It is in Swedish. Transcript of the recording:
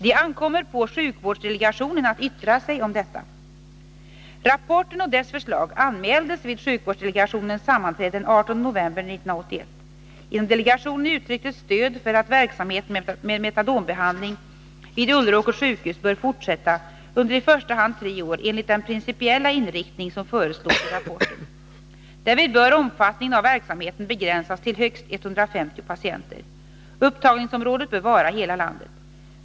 Det ankommer på sjukvårdsdelegationen att yttra sig om detta. Rapporten och dess förslag anmäldes vid sjukvårdsdelegationens sammanträde den 18 november 1981. Inom delegationen uttrycktes stöd för att verksamheten med metadonbehandling vid Ulleråkers sjukhus bör fortsätta under i första hand tre år enligt den principiella inriktning som föreslås i rapporten. Därvid bör omfattningen av verksamheten begränsas till högst 150 patienter. Upptagningsområdet bör vara hela landet.